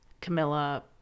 Camilla